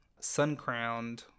Suncrowned